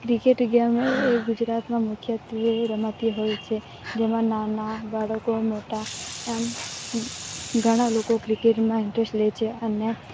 cricket game એ ગુજરાતમાં મુખ્યત્વે રમાતી હોય છે જેમાં નાના બાળકો મોટા એમ ઘણા લોકો ક્રિકેટમાં ઇન્ટ્રસ લે છે અને